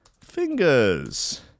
fingers